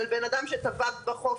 על בנאדם שטבע בחוף,